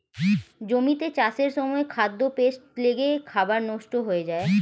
জমিতে চাষের সময় খাদ্যে পেস্ট লেগে খাবার নষ্ট হয়ে যায়